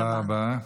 תודה רבה.